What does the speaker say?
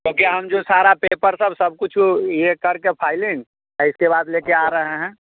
क्योंकि हम जो सारा पेपर सर सब कुछ ये करके सब फ़ाईलिंग और इसके बाद लेके आ रहे हैं